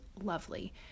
lovely